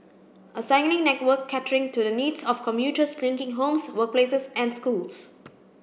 a cycling network catering to the needs of commuters linking homes workplaces and schools